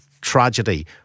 tragedy